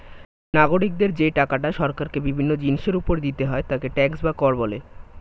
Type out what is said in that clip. নাগরিকদের যেই টাকাটা সরকারকে বিভিন্ন জিনিসের উপর দিতে হয় তাকে ট্যাক্স বা কর বলে